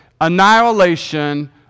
annihilation